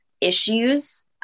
issues